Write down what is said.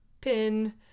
pin